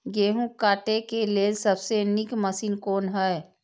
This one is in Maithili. गेहूँ काटय के लेल सबसे नीक मशीन कोन हय?